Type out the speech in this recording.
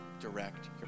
direct